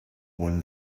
when